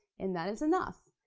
and that is enough.